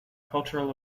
cultural